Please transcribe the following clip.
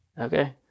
okay